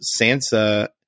Sansa